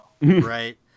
right